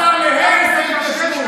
השר להרס ההתיישבות.